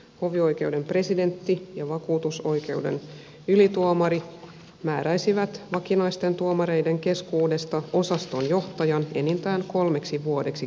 hovioikeuden presidentti ja vakuutusoikeuden ylituomari määräisivät vakinaisten tuomareiden keskuudesta osastonjohtajan enintään kolmeksi vuodeksi kerrallaan